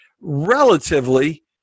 relatively